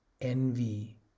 envy